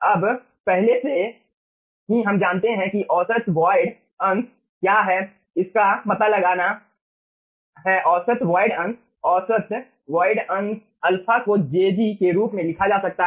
अब पहले से ही हम जानते हैं कि औसत वॉइड अंश क्या है उसका पता लगाना है औसत वॉइड अंश औसत वॉइड अंश α को jg के रूप में लिखा जा सकता है